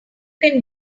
can